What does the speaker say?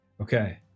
Okay